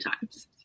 times